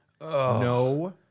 No